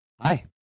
Hi